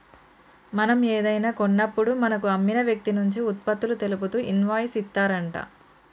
మనం ఏదైనా కాన్నప్పుడు మనకు అమ్మిన వ్యక్తి నుంచి ఉత్పత్తులు తెలుపుతూ ఇన్వాయిస్ ఇత్తారంట